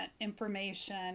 information